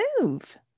move